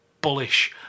bullish